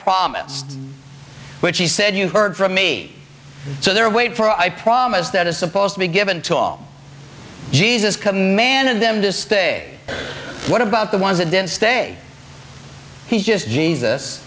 promised which he said you heard from me so there wait for i promise that is supposed to be given to all jesus commanded them to stay what about the ones that didn't stay he is jesus